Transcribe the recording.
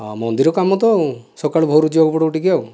ହଁ ମନ୍ଦିର କାମ ତ ଆଉ ସକାଳୁ ଭୋର୍ରୁ ଯିବାକୁ ପଡ଼ିବ ଟିକିଏ ଆଉ